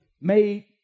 made